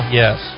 yes